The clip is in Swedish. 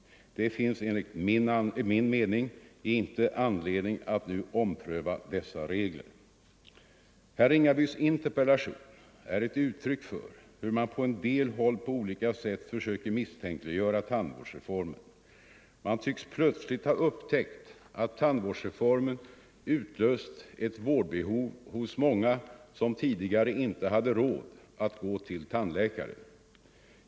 Det finns enligt min mening inte anledning att nu ompröva dessa regler. Herr Ringabys interpellation är ett uttryck för hur man på en del håll på olika sätt försöker misstänkliggöra tandvårdsreformen. Man tycks plötsligt ha upptäckt att tandvårdsreformen utlöst ett vårdbehov hos 29 många som tidigare inte haft råd att gå till tandläkaren.